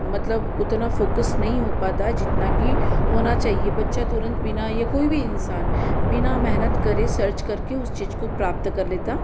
मतलब उतना फ़ोकस नहीं हो पाता है जितना कि होना चाहिए बच्चा तुरंत बिना या कोई भी इंसान बिना मेहनत करे सर्च करके उस चीज़ को प्राप्त कर लेता है